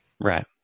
Right